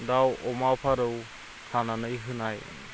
दाउ अमा फारौ हानानै होनाय